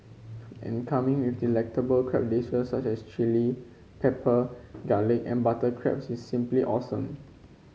and coming with delectable crab dishes such as chilli pepper garlic and butter crabs it's simply awesome